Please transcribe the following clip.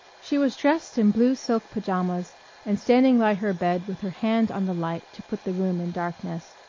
she was dressed in blue silk pajamas and standing by her bed with her hand on the light to put the room in darkness,